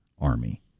army